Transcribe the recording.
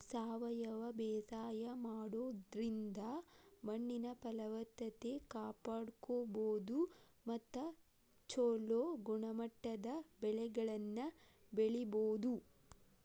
ಸಾವಯವ ಬೇಸಾಯ ಮಾಡೋದ್ರಿಂದ ಮಣ್ಣಿನ ಫಲವತ್ತತೆ ಕಾಪಾಡ್ಕೋಬೋದು ಮತ್ತ ಚೊಲೋ ಗುಣಮಟ್ಟದ ಬೆಳೆಗಳನ್ನ ಬೆಳಿಬೊದು